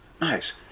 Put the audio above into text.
nice